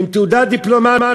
עם תעודה דיפלומטית.